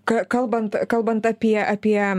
ka kalbant kalbant apie apie